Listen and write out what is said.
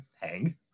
hang